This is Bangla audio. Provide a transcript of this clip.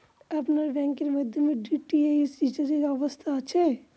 আপনার ব্যাংকের মাধ্যমে ডি.টি.এইচ রিচার্জের ব্যবস্থা আছে?